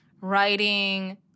writing